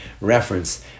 reference